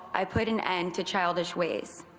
i put an end to childish ways.